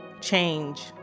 change